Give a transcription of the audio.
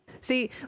see